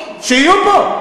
שיהיו פה.